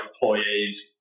employees